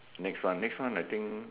next one next one I think